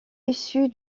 issue